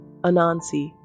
Anansi